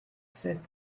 said